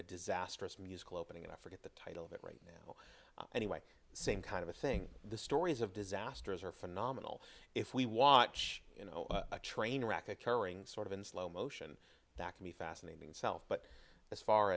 a disastrous musical opening and i forget the title of it right now anyway same kind of thing the stories of disasters are phenomenal if we watch you know a train wreck occurring sort of in slow motion back to me fascinating self but as far